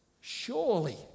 Surely